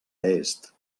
est